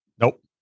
Nope